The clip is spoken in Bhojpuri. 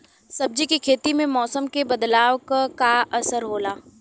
सब्जी के खेती में मौसम के बदलाव क का असर होला?